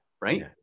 Right